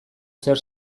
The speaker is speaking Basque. zer